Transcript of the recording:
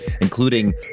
including